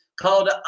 called